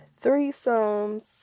threesomes